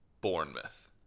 Bournemouth